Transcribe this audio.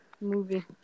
movie